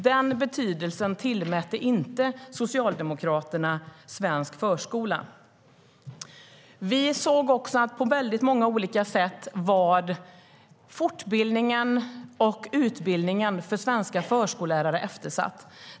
Den betydelsen tillmätte inte Socialdemokraterna svensk förskola. Vi såg också att fortbildningen och utbildningen för svenska förskollärare på många sätt var eftersatt.